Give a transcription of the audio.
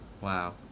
Wow